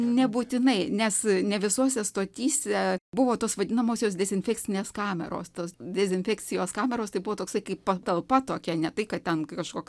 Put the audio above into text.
nebūtinai nes ne visose stotyse buvo tos vadinamosios dezinfekcinės kameros tos dezinfekcijos kameros tai buvo toksai kaip patalpa tokia ne tai kad ten kažkoks